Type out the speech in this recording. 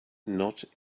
not